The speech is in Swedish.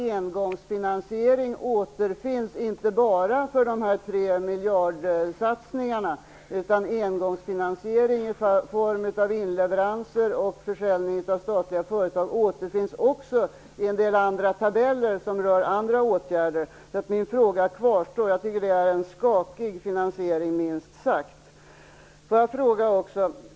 Engångsfinansiering återfinns inte bara för de tre miljardssatsningarna utan även för inleveranser och försäljning av statliga företag i en del andra tabeller som rör andra åtgärder. Min fråga kvarstår. Jag tycker att detta är en minst sagt skakig finansiering.